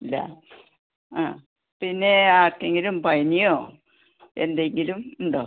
ഇല്ല ആ പിന്നെ ആർക്കെങ്കിലും പനിയോ എന്തെങ്കിലും ഉണ്ടോ